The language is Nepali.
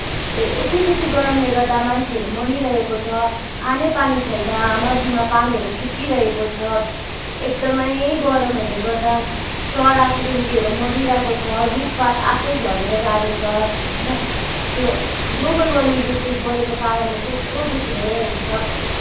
यति बेसी गरमले गर्दा मान्छेहरू मरिरहेको छ खाने पानी छैन नदीमा पानीहरू सुकिरहेको छ एकदमै गरमहरूले गर्दा चरा चुरूङ्गीहरू मरिरहेको छ रुख पात आफै झरेर जाँदै छ होइन यो ग्लोबल वार्मिङ बेसी बढेको कारणले चाहिँ यस्तो बेसी भइरहेको छ